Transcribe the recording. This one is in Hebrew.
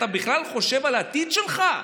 אתה בכלל חושב על העתיד שלך?